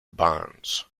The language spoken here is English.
bonds